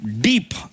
deep